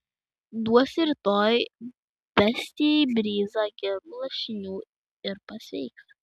duosi rytoj bestijai bryzą gerų lašinių ir pasveiks